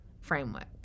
framework